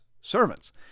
servants